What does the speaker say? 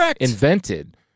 invented